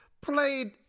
played